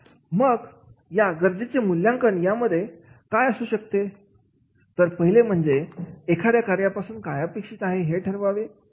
मग या गरजेच्या मूल्यांकन यामध्ये काय असू शकते तर पहिले म्हणजे एखाद्या कार्यापासून काय अपेक्षित आहे हे ठरवावे